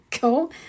go